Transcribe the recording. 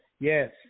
Yes